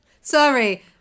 Sorry